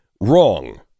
wrong